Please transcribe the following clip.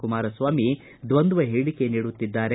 ಕುಮಾರಸ್ವಾಮಿ ದ್ವಂದ್ವ ಹೇಳಿಕೆ ನೀಡುತ್ತಿದ್ದಾರೆ